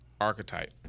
archetype